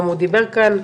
גם הוא דיבר כאן,